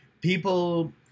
people –